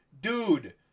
Dude